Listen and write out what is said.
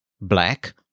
black